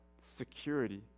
security